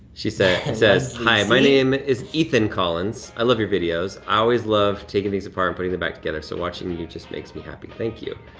she said, it says, hi, my name is ethan collins. i love your videos. i always love taking things apart and putting them back together. so watching you you just makes me happy. thank you.